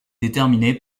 déterminé